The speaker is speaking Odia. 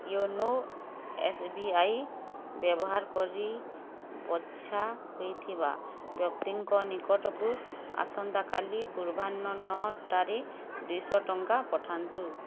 ୟୋନୋ ଏସ୍ ବି ଆଇ ବ୍ୟବହାର କରି ବଛା ହୋଇଥିବା ବ୍ୟକ୍ତିଙ୍କ ନିକଟକୁ ଆସନ୍ତାକାଲି ପୂର୍ବାହ୍ନ ନଅଟାରେ ଦୁଇଶହ ଟଙ୍କା ପଠାନ୍ତୁ